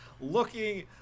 looking